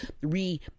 re